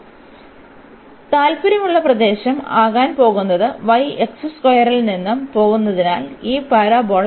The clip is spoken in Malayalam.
അതിനാൽ താൽപ്പര്യമുള്ള പ്രദേശം ആകാൻ പോകുന്നത് y ൽ നിന്ന് പോകുന്നതിനാൽ ഈ പരാബോള